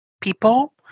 people